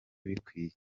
bikwiye